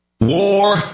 War